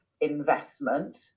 investment